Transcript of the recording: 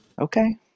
Okay